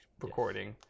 recording